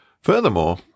Furthermore